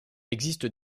existe